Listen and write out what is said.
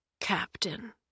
Captain